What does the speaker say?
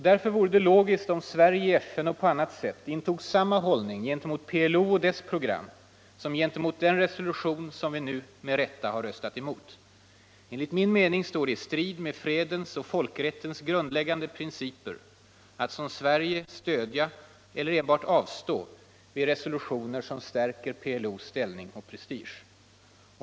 Därför vore det logiskt om Sverige i FN och på annat sätt intog samma hållning gentemot PLO och dess program som gentemot den resolution som vi nu med rätta har röstat emot. Enligt min mening står det i strid med fredens och folkrättens grundläggande principer att som Sverige stödja eller enbart avstå från att rösta om resolutioner som stärker PLO:s ställning och prestige.